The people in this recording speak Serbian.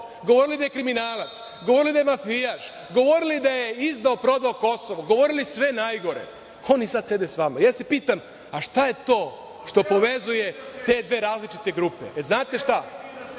govorili da je kriminalac, govorili da je mafijaš, govorili da je izdao, prodao Kosovo, govorili sve najgore, oni sad sede s vama. Ja se pitam – a šta je to što povezuje te dve različite grupe? Znate šta,